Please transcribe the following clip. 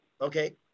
Okay